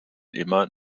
immer